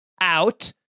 out